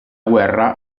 guerra